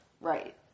Right